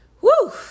Woo